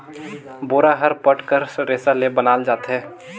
बोरा हर पट कर रेसा ले बनाल जाथे